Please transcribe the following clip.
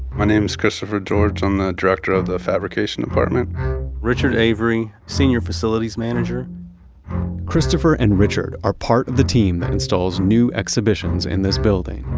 my name is christopher george. i'm the director of the fabrication department richard avery, senior facilities manager christopher and richard are part of the team that installs new exhibitions in this building.